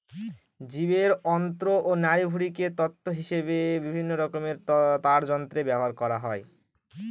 জীবের অন্ত্র ও নাড়িভুঁড়িকে তন্তু হিসেবে বিভিন্নরকমের তারযন্ত্রে ব্যবহার করা হয়